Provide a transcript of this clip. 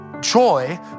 joy